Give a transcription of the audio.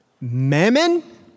mammon